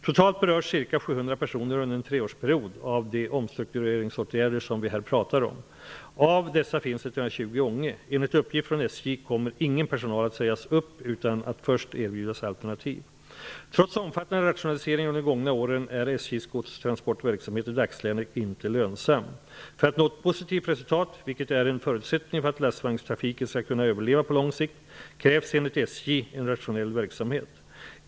Totalt berörs ca 700 personer under en treårsperiod av de omstruktureringsåtgärder som vi här pratar om. Av dessa finns 120 i Ånge. Enligt uppgift från SJ kommer ingen personal att sägas upp utan att först erbjudas alternativ. Trots omfattande rationaliseringar under de gångna åren är SJ:s godstransportverksamhet i dagsläget inte lönsam. För att nå ett positivt resultat, vilket är en förutsättning för att vagnslasttrafiken skall kunna överleva på lång sikt, krävs enligt SJ en rationell verksamhet.